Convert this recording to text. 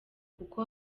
kuko